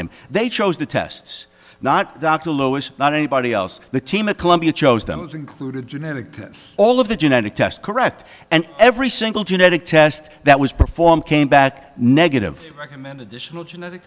him they chose the tests not dr lois not anybody else the team at columbia chose them as included genetic all of the genetic test correct and every single genetic test that was performed came back negative recommend additional genetic